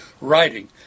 writing